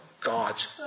God's